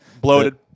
bloated